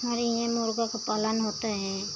हमारे हियन मुर्गा का पालन होता है